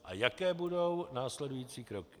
A jaké budou následující kroky?